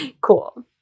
Cool